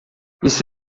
isso